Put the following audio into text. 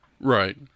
Right